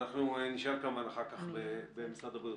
אנחנו נשאר כמובן אחר כך במשרד הבריאות.